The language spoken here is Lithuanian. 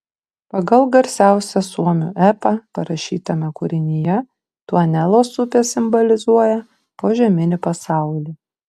pagal garsiausią suomių epą parašytame kūrinyje tuonelos upė simbolizuoja požeminį pasaulį